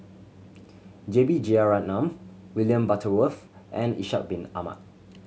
J B Jeyaretnam William Butterworth and Ishak Bin Ahmad